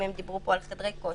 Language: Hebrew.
אם הם דיברו פה על חדרי כושר,